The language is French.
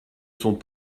sont